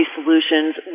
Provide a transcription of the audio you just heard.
solutions